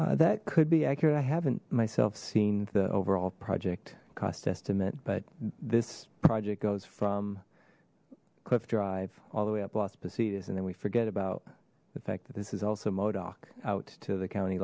that could be accurate i haven't myself seen the overall project cost estimate but this project goes from cliff drive all the way up lost positas and then we forget about the fact that this is also modok out to the county